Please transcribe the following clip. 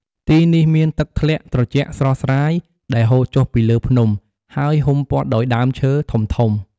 ទីនេះមានទឹកថ្លាត្រជាក់ស្រស់ស្រាយដែលហូរចុះពីលើភ្នំ ហើយហ៊ុំព័ទ្ធដោយដើមឈើធំៗ។